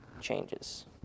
changes